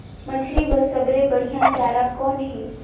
मछरी बर सबले बढ़िया चारा कौन हे?